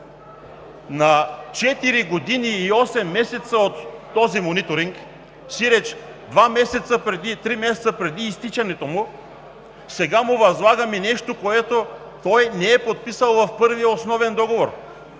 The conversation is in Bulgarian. година и осем месеца от този мониторинг, сиреч три месеца преди изтичането му, му възлагаме нещо, което той не е подписал в първия основен договор.